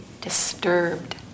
disturbed